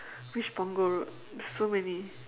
which punggol road so many